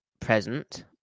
present